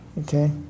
Okay